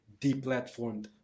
deplatformed